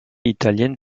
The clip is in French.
italienne